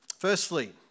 Firstly